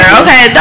okay